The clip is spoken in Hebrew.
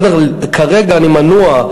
כרגע אני מנוע,